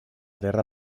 terra